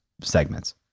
segments